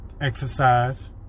exercise